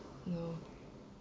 no